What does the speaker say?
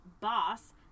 boss